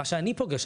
או מה שאני פוגש,